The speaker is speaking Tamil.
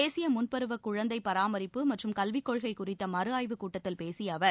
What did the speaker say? தேசிய முன்பருவ குழந்தை பராமரிப்பு மற்றும் கல்விக் கொள்கை குறித்த மறுஆய்வுக் கூட்டத்தில் பேசிய அவர்